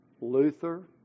Luther